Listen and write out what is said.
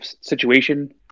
situation